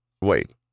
Wait